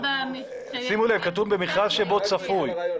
שימו לב, כתוב 'במכרז שבו צפוי',